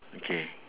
okay